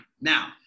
Now-